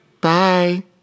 Bye